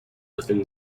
within